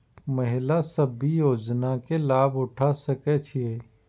महिला सब भी योजना के लाभ उठा सके छिईय?